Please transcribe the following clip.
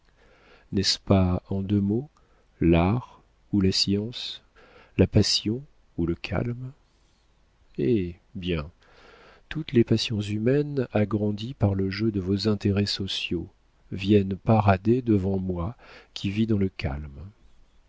n'est-ce pas en deux mots l'art ou la science la passion ou le calme eh bien toutes les passions humaines agrandies par le jeu de vos intérêts sociaux viennent parader devant moi qui vis dans le calme